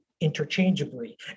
interchangeably